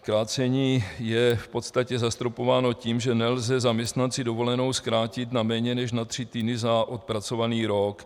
Krácení je v podstatě zastropováno tím, že nelze zaměstnanci zkrátit na méně než na tři týdny za odpracovaný rok.